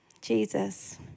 Jesus